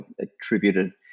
attributed